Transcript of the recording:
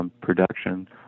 production